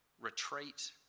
retreat